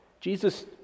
Jesus